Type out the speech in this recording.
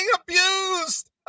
abused